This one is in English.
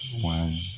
one